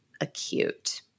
acute